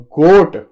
goat